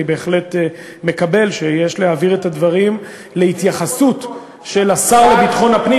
אני בהחלט מקבל שיש להעביר את הדברים להתייחסות של השר לביטחון הפנים.